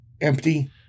empty